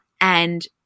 and-